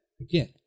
Again